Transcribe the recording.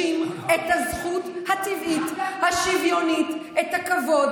את רוצה לדבר איתי אחר כך?